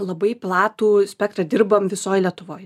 labai platų spektrą dirbam visoj lietuvoj